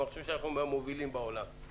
אבל אני חושב שאנחנו מהמובילים בעולם.